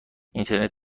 اینترنت